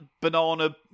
banana